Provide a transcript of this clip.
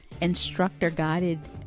instructor-guided